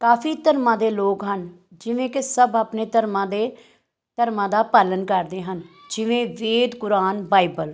ਕਾਫੀ ਧਰਮਾਂ ਦੇ ਲੋਕ ਹਨ ਜਿਵੇਂ ਕਿ ਸਭ ਆਪਣੇ ਧਰਮਾਂ ਦੇ ਧਰਮਾਂ ਦਾ ਪਾਲਣ ਕਰਦੇ ਹਨ ਜਿਵੇਂ ਵੇਦ ਕੁਰਾਨ ਬਾਈਬਲ